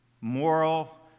moral